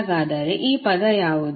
ಹಾಗಾದರೆ ಈ ಪದ ಯಾವುದು